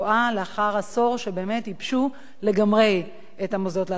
עשור שבו באמת ייבשו לגמרי את המוסדות להשכלה הגבוהה.